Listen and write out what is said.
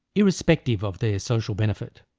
irrespective of their social benefit.